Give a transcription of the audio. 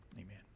Amen